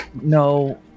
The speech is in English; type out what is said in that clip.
No